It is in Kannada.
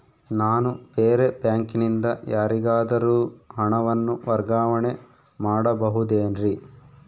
ನಾನು ಬೇರೆ ಬ್ಯಾಂಕಿನಿಂದ ಯಾರಿಗಾದರೂ ಹಣವನ್ನು ವರ್ಗಾವಣೆ ಮಾಡಬಹುದೇನ್ರಿ?